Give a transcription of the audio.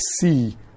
see